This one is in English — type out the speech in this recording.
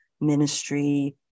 ministry